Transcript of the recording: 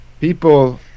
people